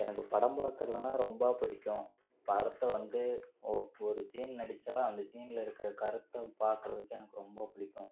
எனக்கு படம் பார்க்கறதுன்னா ரொம்ப பிடிக்கும் படத்தை வந்து ஒ ஒரு சீன் நடித்தா அந்த சீனில் இருக்கிற கருத்தும் பார்க்கறதுக்கு எனக்கு ரொம்ப பிடிக்கும்